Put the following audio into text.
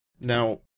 Now